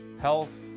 health